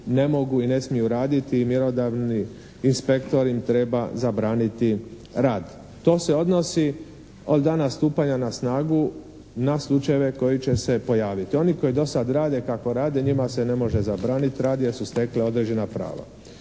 ne mogu i ne smiju raditi i mjerodavni inspektor im treba zabraniti rad. To se odnosi od dana stupanja na snagu na slučajeve koji će se pojaviti. Oni koji do sad rade kako rade njima se ne može zabraniti. Rade jer su stekli određena prava.